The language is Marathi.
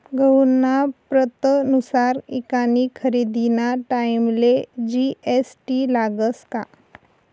गहूना प्रतनुसार ईकानी खरेदीना टाईमले जी.एस.टी लागस का?